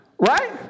right